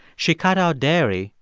she cut out dairy,